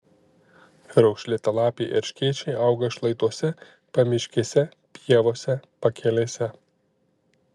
raukšlėtalapiai erškėčiai auga šlaituose pamiškėse pievose pakelėse